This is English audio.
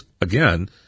again